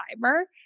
fiber